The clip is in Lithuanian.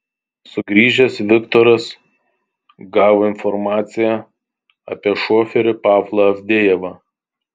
sugrįžęs viktoras gavo informaciją apie šoferį pavlą avdejevą